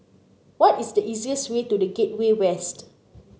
what is the easiest way to The Gateway West